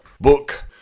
book